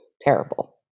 terrible